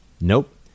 Nope